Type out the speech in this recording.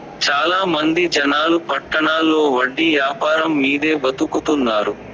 చాలా మంది జనాలు పట్టణాల్లో వడ్డీ యాపారం మీదే బతుకుతున్నారు